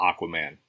Aquaman